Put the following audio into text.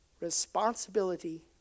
responsibility